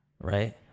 right